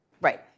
Right